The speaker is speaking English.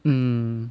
hmm